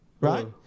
right